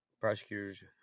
Prosecutors